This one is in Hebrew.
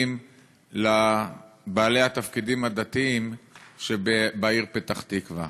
לבעלי התפקידים הדתיים שבעיר פתח-תקווה.